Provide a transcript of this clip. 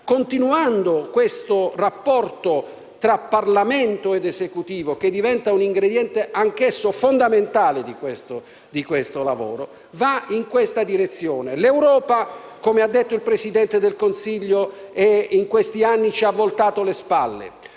continuando questo rapporto tra Parlamento ed Esecutivo, che diventa ingrediente anch'esso fondamentale di questo lavoro, va in questa direzione. L'Europa, come ha detto il Presidente del Consiglio, in questi anni ci ha voltato le spalle.